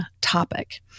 topic